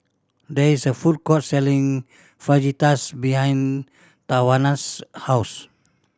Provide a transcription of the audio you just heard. there is a food court selling Fajitas behind Tawanna's house